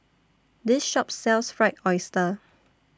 This Shop sells Fried Oyster